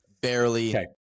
Barely